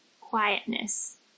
quietness